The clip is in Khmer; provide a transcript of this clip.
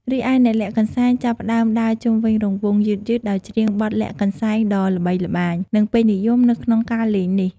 រីឯ អ្នកលាក់កន្សែងចាប់ផ្តើម ដើរជុំវិញរង្វង់ យឺតៗ ដោយច្រៀងបទ "លាក់កន្សែង" ដ៏ល្បីល្បាញ និងពេញនិយមនៅក្នុងការលេងនេះ។